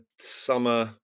summer